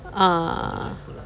ah